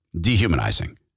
Dehumanizing